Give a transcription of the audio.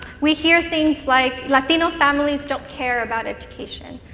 we hear things like latino families don't care about education,